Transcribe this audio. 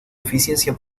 eficiencia